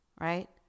right